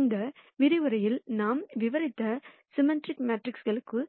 இந்த விரிவுரையில் நாம் விவரித்த சிம்மெட்ரிக் மேட்ரிக்ஸ்க்குகளுக்கு